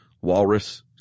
walrus